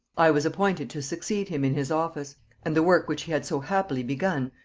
i was appointed to succeed him in his office and the work which he had so happily begun,